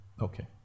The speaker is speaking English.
Okay